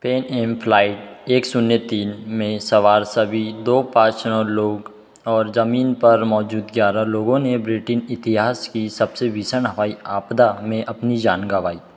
pan Am flight एक शून्य तीन में सवार सभी दो पाँच नौ लोग और ज़मीन पर मौजूद ग्यारह लोगों ने ब्रिटिश इतिहास की सबसे भीषण हवाई आपदा में अपनी जान गँवाई